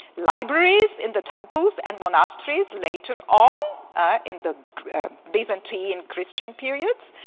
libraries in the temples and monasteries later on in the byzantine and christian periods.